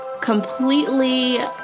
completely